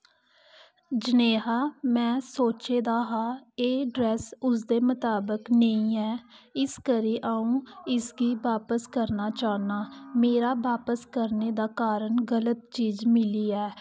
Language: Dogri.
जनेहा में सोचे दा हा एह् ड्रैस्स उस दे मुताबिक नेईं ऐ इक करी अ'ऊं इसगी बापस करना चाह्न्नां मेरा बापस करने दा कारण गल्त चीज मिली ऐ